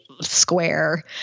square